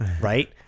Right